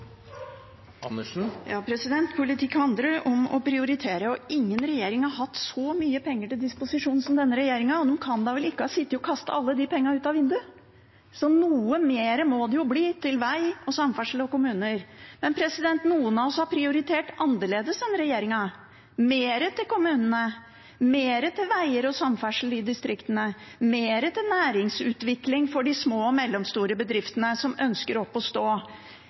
Politikk handler om å prioritere, og ingen regjering har hatt så mye penger til disposisjon som denne regjeringen. De kan da vel ikke ha sittet og kastet alle pengene ut av vinduet? Så noe mer må det jo bli til veg og samferdsel og til kommuner. Noen av oss har prioritert annerledes enn regjeringen – mer til kommunene, mer til veger og samferdsel i distriktene, mer til næringsutvikling for de små og mellomstore bedriftene som ønsker å komme opp å stå,